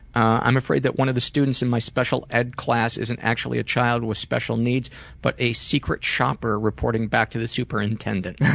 i'm afraid that one of my students in my special ed class isn't actually a child with special needs but a secret shopper reporting back to the superintendent.